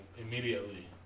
immediately